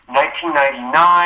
1999